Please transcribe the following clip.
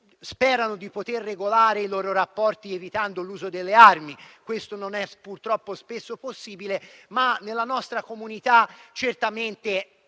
sperano di poter regolare i loro rapporti evitando l'uso delle armi. Questo, purtroppo, spesso non è possibile, ma nella nostra comunità non